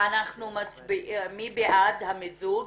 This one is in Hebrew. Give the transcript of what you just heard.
מי בעד המיזוג?